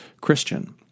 Christian